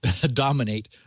dominate